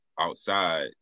outside